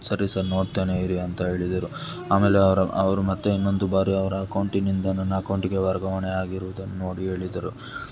ಸರಿ ಸರ್ ನೋಡ್ತೇನೆ ಇರಿ ಅಂತ ಹೇಳಿದರು ಅಮೇಲೆ ಅವರ ಅವರು ಮತ್ತು ಇನ್ನೊಂದು ಬಾರಿ ಅವರ ಅಕೌಂಟಿನಿಂದ ನನ್ನ ಅಕೌಂಟಿಗೆ ವರ್ಗಾವಣೆ ಆಗಿರುವುದನ್ನು ನೋಡಿ ಹೇಳಿದರು